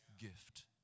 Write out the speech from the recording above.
gift